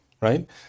Right